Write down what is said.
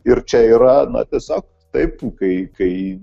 ir čia yra na tiesiog taip kai kai